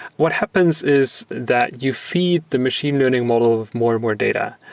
what happens is that you feed the machine learning model more and more data.